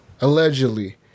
allegedly